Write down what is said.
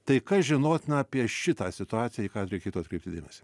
tai kas žinotina apie šitą situaciją į ką reikėtų atkreipti dėmesį